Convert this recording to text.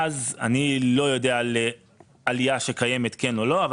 אני לא יודע מאז אם קיימת או לא קיימת עלייה בשכר,